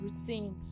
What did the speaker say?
routine